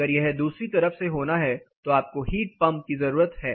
अगर यह दूसरी तरफ से होना है तो आपको हीट पंप की जरूरत है